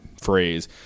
phrase